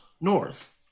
north